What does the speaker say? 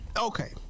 okay